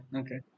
okay